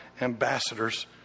ambassadors